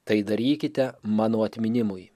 tai darykite mano atminimui